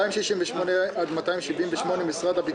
הרוויזיה על פניות מס' 249 257 לא אושרה.